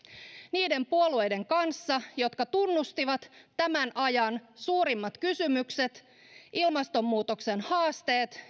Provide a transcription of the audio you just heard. niiden puolueiden kanssa jotka tunnustivat tämän ajan suurimmat kysymykset ilmastonmuutoksen haasteet